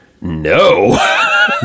no